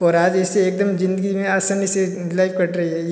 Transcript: और आज इससे एकदम ज़िंदगी में आसानी से लाइफ़ कट रही है